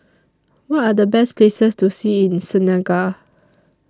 What Are The Best Places to See in Senegal